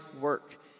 work